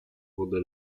wodę